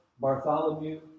Bartholomew